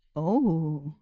oh.